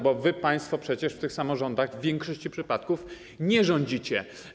Bo wy, państwo, przecież w tych samorządach w większości przypadków nie rządzicie.